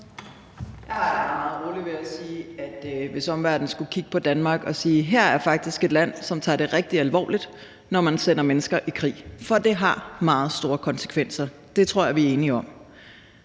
det meget roligt, hvis omverdenen skulle kigge på Danmark og sige, at her er faktisk et land, som tager det rigtig alvorligt, når man sender mennesker i krig. For det har meget store konsekvenser; det tror jeg vi er enige om.